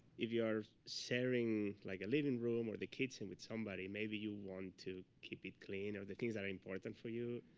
if you are sharing like a living room or the kitchen with somebody, maybe you want to keep it clean or the things that are important for you